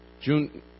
June